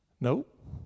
Nope